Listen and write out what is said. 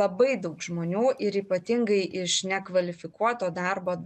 labai daug žmonių ir ypatingai iš nekvalifikuoto darbo